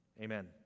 amen